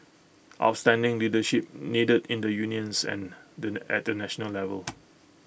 outstanding leadership needed in the unions and the at the national level